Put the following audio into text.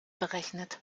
berechnet